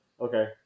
okay